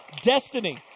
Destiny